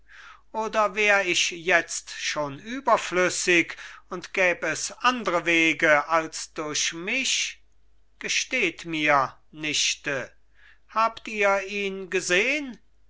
oder wär ich jetzt schon überflüssig und gäb es andre wege als durch mich gesteht mir nichte habt ihr ihn gesehn